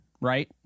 right